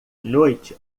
noite